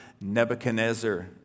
Nebuchadnezzar